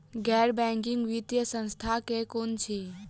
गैर बैंकिंग वित्तीय संस्था केँ कुन अछि?